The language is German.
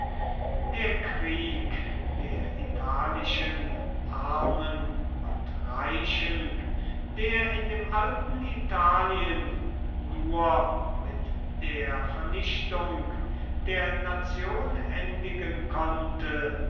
der krieg der italischen armen und reichen der in dem alten italien nur mit der vernichtung der nation endigen konnte